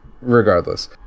regardless